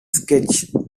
sketches